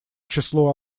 числу